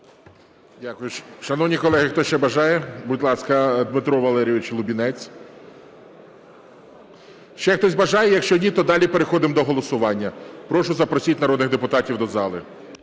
Шановні колеги, хто ще бажає? Будь ласка, Дмитро Валерійович Лубінець. Ще хтось бажає, якщо ні далі переходимо до голосування. Прошу запросіть народних депутатів до зали.